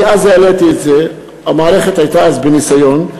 אז העליתי את זה, המערכת הייתה אז בניסיון.